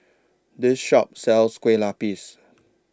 This Shop sells Kueh Lapis